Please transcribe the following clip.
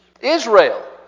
Israel